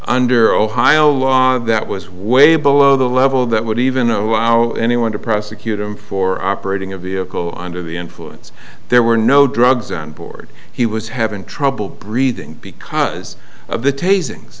under ohio law that was way below the level that would even allow anyone to prosecute him for operating a vehicle under the influence there were no drugs on board he was having trouble breathing because of the tasing